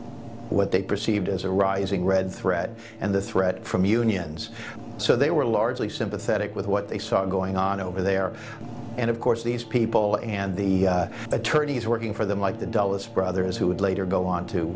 what they perceived as a rising red thread and the threat from unions so they were largely sympathetic with what they saw going on over there and of course these people and the attorneys working for them like the dulles brothers who would later go on to